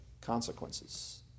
consequences